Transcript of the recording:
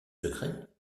secret